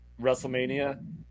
Wrestlemania